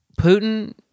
Putin